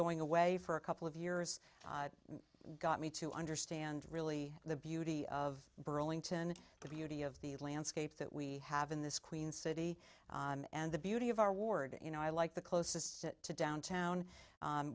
going away for a couple of years got me to understand really the beauty of burlington the beauty of the landscape that we have in this queen city and the beauty of our ward you know i like the closest to downtown